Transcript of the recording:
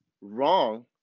wrong